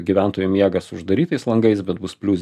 gyventojų miega su uždarytais langais bet bus plius